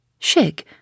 Shig